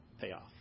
payoff